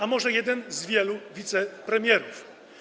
A może jeden z wielu wicepremierów?